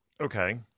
Okay